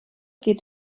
geht